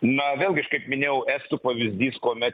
na vėlgi aš kaip minėjau estų pavyzdys kuomet